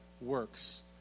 works